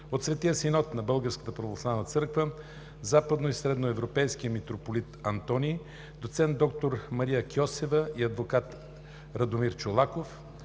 църква – Западно и Средноевропейския митрополит Антоний, доцент доктор Мария Кьосева и адвокат Радомир Чолаков,